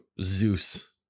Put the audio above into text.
Zeus